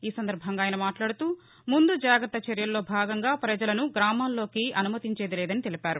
ఈ సందర్భంగా ఆయన మాట్లాదుతూ ముందు జాగత్త చర్యల్లో భాగంగా ప్రజలను గ్రామాల్లోకి అనుమతించలేదని తెలిపారు